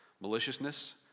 maliciousness